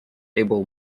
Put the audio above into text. able